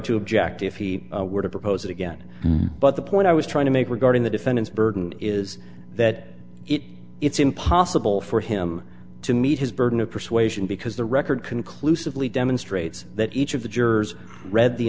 to object if he were to propose again but the point i was trying to make regarding the defendant's burden is that it it's impossible for him to meet his burden of persuasion because the record conclusively demonstrates that each of the jurors read the